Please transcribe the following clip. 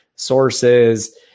sources